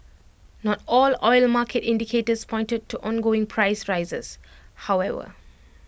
not all oil market indicators pointed to ongoing price rises however